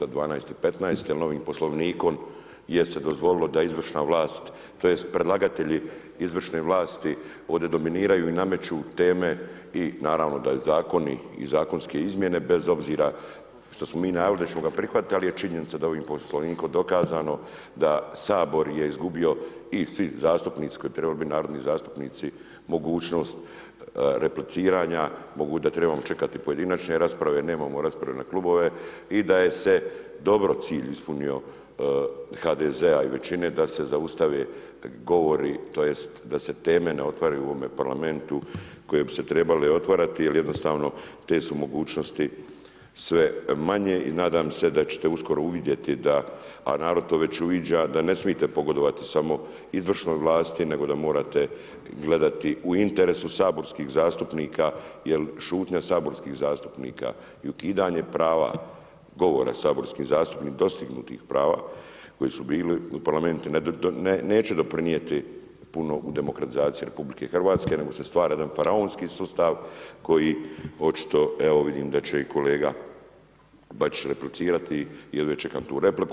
12 i 15 jer novim poslovnikom je se dozvolilo da izvršna vlast, tj. predlagatelji izvršne vlasti ovdje dominiraju i nameću teme i naravno, da zakoni i zakonske izmjene, bez obzira što smo mi najavili da ćemo ga prihvatiti, ali je činjenica da ovim Poslovnikom dokazano da Sabor je izgubio i svi zastupnici koji bi trebali biti narodni zastupnici, mogućnost repliciranja, da trebamo čekati pojedinačne rasprave, nemamo raspravne klubove i da je se dobro cilj ispunio HDZ-a i većina da se zaustave govori tj. da se teme ne otvaraju u ovome parlamentu koje bi se trebale otvarati jer jednostavno te su mogućnosti sve manje i nadam se da ćete uskoro uvidjeti da, a narod to već uviđa, da ne smijete pogodovati samo izvršnoj vlasti, nego da morate gledati u interesu saborskih zastupnika jer šutnja saborskih zastupnika i ukidanje prava govora saborskih zastupnika dostignutih prava koji su bili u parlamentu neće doprinijeti puno u demokratizaciji RH nego se stvara jedan faraonski sustav koji očito, evo vidim da će i kolega Bačić replicirati, ja jedva čekam tu repliku.